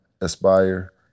aspire